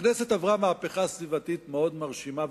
הכנסת עברה מהפכה סביבתית מאוד מרשימה,